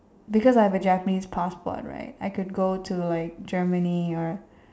because I have a Japanese passport right I could go to like Germany or